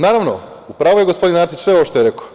Naravno, u pravu je gospodin Arsić sve ovo što je rekao.